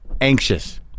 Anxious